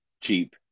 cheap